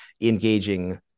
engaging